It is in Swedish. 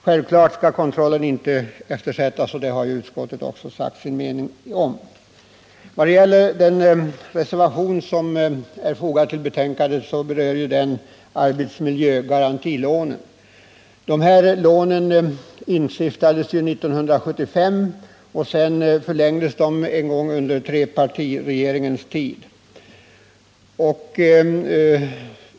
Självfallet skall kontrollen inte eftersättas, och härom har utskottet också uttalat sin mening. Den vid betänkandet fogade reservationen 2 gäller arbetsmiljögarantilånen. Lånen kom till 1975, och sedan förlängdes de en gång under trepartiregeringens tid.